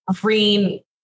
Green